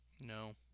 No